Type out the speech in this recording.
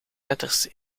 letters